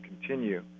continue